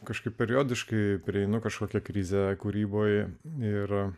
kažkaip periodiškai prieinu kažkokią krizę kūryboje nėra